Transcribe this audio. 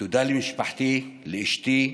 תודה למשפחתי, לאשתי,